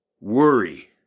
Worry